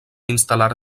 instal·lar